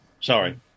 sorry